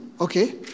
okay